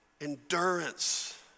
endurance